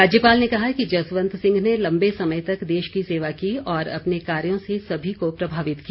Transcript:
राज्यपाल ने कहा कि जसवंत सिंह ने लम्बे समय तक देश की सेवा की और अपने कार्यों से सभी को प्रभावित किया